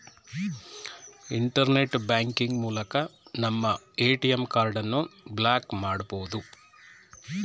internet banking ಮೂಲಕ ನಮ್ಮ ATM ಕಾರ್ಡನ್ನು ಬ್ಲಾಕ್ ಮಾಡಬೊದು